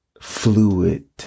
fluid